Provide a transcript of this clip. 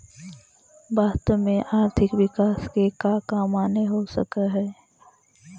वास्तव में आर्थिक विकास के कका माने हो सकऽ हइ?